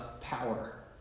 power